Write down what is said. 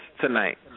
tonight